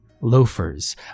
loafers